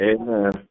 Amen